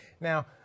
Now